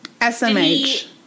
SMH